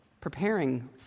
preparing